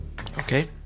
Okay